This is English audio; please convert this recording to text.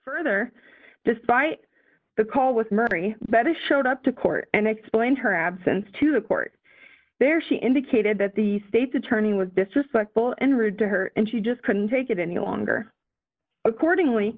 further despite the call with murray but it showed up to court and explain her absence to the court there she indicated that the state's attorney was disrespectful and rude to her and she just couldn't take it any longer accordingly